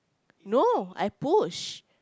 no I push